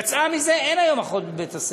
יצאה מזה, אין היום אחות בבית-הספר.